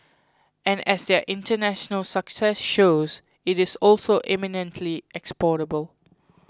and as their international success shows it is also eminently exportable